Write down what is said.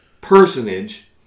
personage